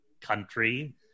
country